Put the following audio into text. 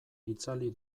itzali